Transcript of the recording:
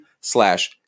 slash